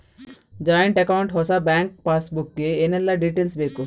Joint account ಹೊಸ bank passbook ಗೆ ಏನೆಲ್ಲ ಡೀಟೇಲ್ಸ್ ಬೇಕು?